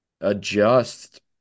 adjust